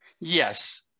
Yes